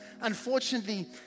Unfortunately